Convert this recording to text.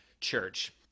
church